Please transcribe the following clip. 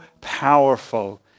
powerful